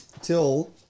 till